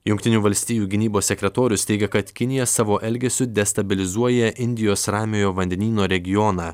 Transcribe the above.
jungtinių valstijų gynybos sekretorius teigia kad kinija savo elgesiu destabilizuoja indijos ramiojo vandenyno regioną